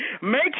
make